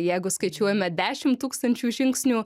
jeigu skaičiuojame dešim tūkstančių žingsnių